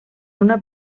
una